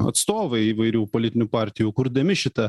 atstovai įvairių politinių partijų kurdami šitą